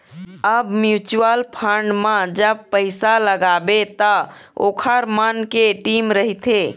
अब mutual fund म जब पइसा लगाबे त ओखर मन के टीम रहिथे